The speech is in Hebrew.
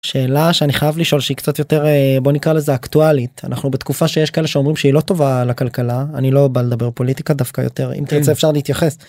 שאלה שאני חייב לשאול שהיא קצת יותר בוא נקרא לזה אקטואלית אנחנו בתקופה שיש כאלה שאומרים שהיא לא טובה לכלכלה אני לא בא לדבר פוליטיקה דווקא יותר אם תרצה אפשר להתייחס.